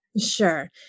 Sure